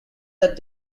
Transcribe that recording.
that